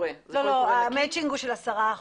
המצ'ינג הוא של 10%,